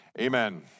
Amen